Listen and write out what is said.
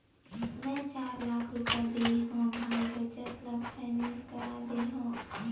मै चार लाख रुपया देय हव भाई बचत ल फायनेंस करा दे हँव